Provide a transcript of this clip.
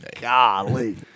Golly